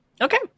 Okay